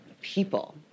people